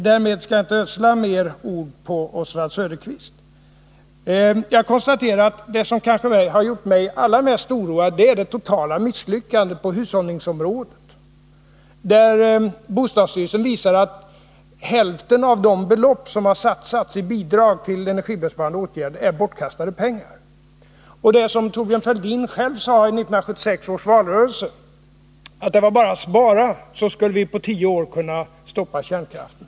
Därmed skall jag inte ödsla fler ord på Oswald Söderqvist. Jag konstaterar att det som har gjort mig kanske allra mest oroad är det totala misslyckandet på hushållningsområdet. Bostadsstyrelsen visar att hälften av de belopp som satsats i bidrag till energisparande åtgärder varit bortkastade pengar. Thorbjörn Fälldin själv sade i 1976 års valrörelse att det bara var att spara, så skulle vi på tio år kunna stoppa kärnkraften.